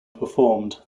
performed